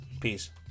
peace